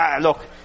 Look